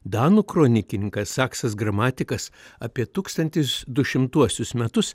danų kronikininkas zaksas gramatikas apie tūkstantis dušimtuosius metus